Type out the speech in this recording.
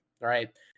right